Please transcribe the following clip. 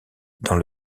dans